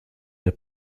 der